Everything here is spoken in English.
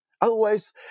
Otherwise